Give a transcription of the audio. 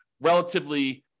relatively